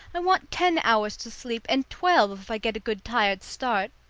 i want ten hours to sleep and twelve if i get a good tired start.